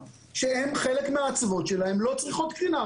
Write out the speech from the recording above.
שחלק מהאצוות שלהם לא צריכות קרינה.